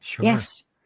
yes